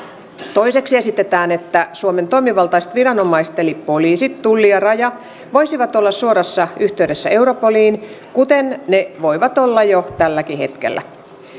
toiseksi esitetään että suomen toimivaltaiset viranomaiset eli poliisi tulli ja raja voisivat olla suorassa yhteydessä europoliin kuten ne voivat olla jo tälläkin hetkellä